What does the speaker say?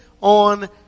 on